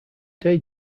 day